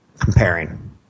comparing